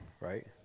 right